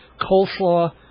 Coleslaw